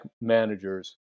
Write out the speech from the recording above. managers